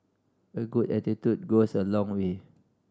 a good attitude goes a long way